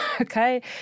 okay